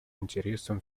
интересам